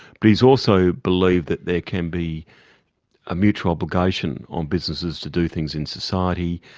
but he's also believed that there can be a mutual obligation on businesses to do things in society.